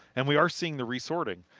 and we are seeing the resorting.